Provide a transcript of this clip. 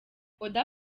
oda